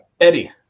Eddie